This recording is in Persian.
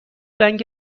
رنگ